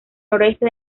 noroeste